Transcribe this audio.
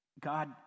God